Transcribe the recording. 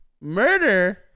Murder